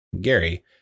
Gary